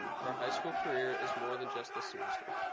but our high school career is more than just this semester.